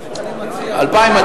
מה זה 2,200?